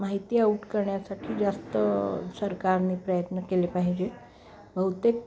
माहिती औट करण्यासाठी जास्त सरकारने प्रयत्न केले पाहिजेत बहुतेक